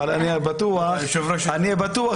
אבל אני בטוח שאנחנו,